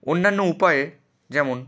অন্যান্য উপায়ে যেমন